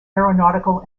aeronautical